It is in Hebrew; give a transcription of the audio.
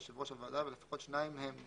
כן.